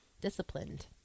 disciplined